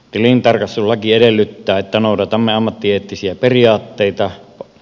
tilintarkastuslaki edellyttää että noudatamme ammattieettisiä periaatteita